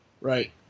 right